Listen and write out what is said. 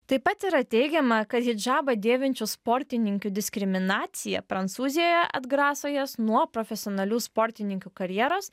taip pat yra teigiama kad hidžabą dėvinčių sportininkių diskriminacija prancūzijoje atgraso jas nuo profesionalių sportininkių karjeros